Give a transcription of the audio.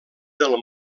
del